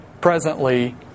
presently